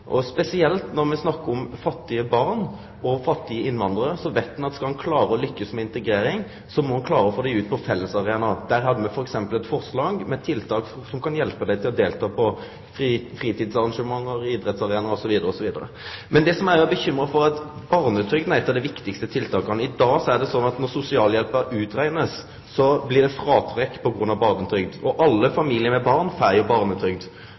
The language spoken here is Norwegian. fattige barn og fattige innvandrarar, veit me at skal ein klare å lykkast med integrering, må ein klare å få dei ut på fellesarenaer. Der har me f.eks. eit forslag med tiltak som kan hjelpe dei til å delta på fritidsarrangement, idrettsarenaer osv. Barnetrygda er eit av dei viktigaste tiltaka. I dag er det slik at når sosialhjelpa skal reknast ut, blir det fråtrekk på grunn av barnetrygd, og alle familiar med barn får jo barnetrygd.